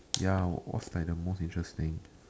ya what's like the most interesting